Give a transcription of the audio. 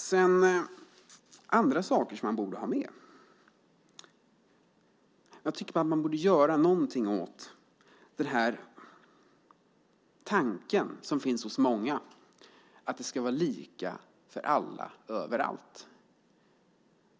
Sedan finns det andra saker som man borde ha med. Jag tycker att man borde göra någonting åt tanken som finns hos många, att det ska vara lika för alla överallt.